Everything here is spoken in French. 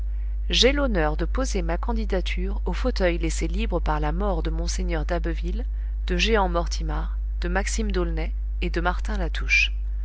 j'ai l'honneur de poser ma candidature au fauteuil laissé libre par la mort de mgr d'abbeville de jehan mortimar de maxime d'aulnay et de martin latouche